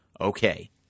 Okay